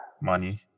money